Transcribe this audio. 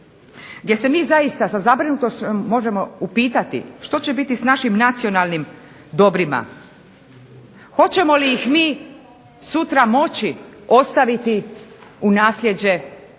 gdje se mi zaista sa zabrinutošću možemo upitati što će biti s našim nacionalnim dobrima. Hoćemo li ih mi sutra moći ostaviti u nasljeđe